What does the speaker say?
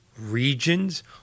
Regions